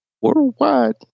worldwide